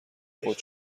خود